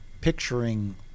picturing